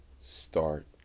start